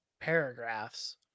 paragraphs